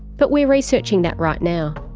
but we're researching that right now.